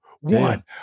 one